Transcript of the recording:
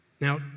Now